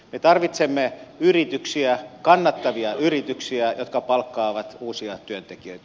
me tarvitsemme yrityksiä kannattavia yrityksiä jotka palkkaavat uusia työntekijöitä